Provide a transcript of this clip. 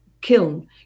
kiln